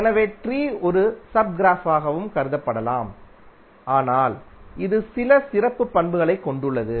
எனவே ட்ரீ ஒரு சப் க்ராஃப்பாகவும் கருதப்படலாம் ஆனால் இது சில சிறப்பு பண்புகளைக் கொண்டுள்ளது